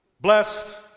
Blessed